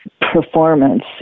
performance